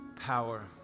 power